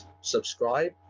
subscribe